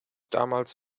damals